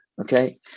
Okay